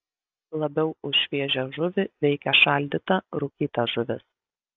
labiau už šviežią žuvį veikia šaldyta rūkyta žuvis